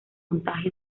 montaje